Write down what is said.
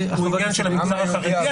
הוא עניין של המגזר החרדי.